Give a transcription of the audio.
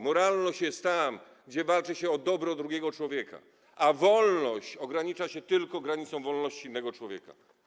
Moralność jest tam, gdzie walczy się o dobro drugiego człowieka, a wolność ogranicza tylko wolność innego człowieka.